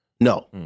No